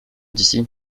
ici